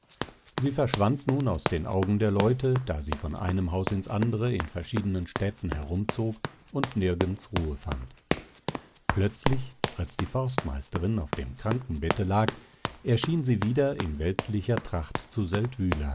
sie verschwand nun aus den augen der leute da sie von einem haus ins andere in verschiedenen städten herumzog und nirgends ruhe fand plötzlich als die forstmeisterin auf dem krankenbette lag erschien sie wieder in weltlicher tracht zu